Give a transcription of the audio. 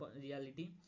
reality